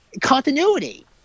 continuity